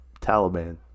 Taliban